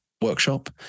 workshop